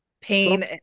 pain